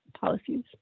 policies